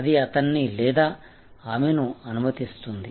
అది అతన్ని లేదా ఆమెను అనుమతిస్తుంది